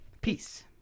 Peace